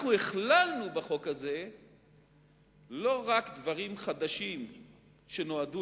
הכללנו בחוק הזה לא רק דברים חדשים שנועדו